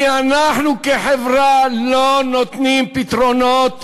כי אנחנו כחברה לא נותנים פתרונות